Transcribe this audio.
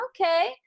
okay